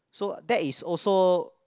so that is also